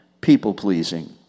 people-pleasing